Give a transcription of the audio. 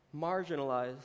marginalized